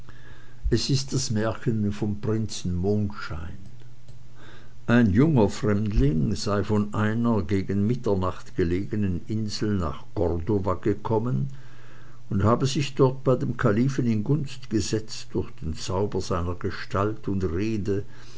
es ist das märchen vom prinzen mondschein ein junger fremdling sei von einer gegen mitternacht gelegenen insel nach cordova gekommen und habe sich dort bei dem kalifen in gunst gesetzt durch den zauber seiner gestalt und rede